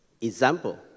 Example